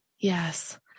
yes